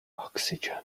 oxygen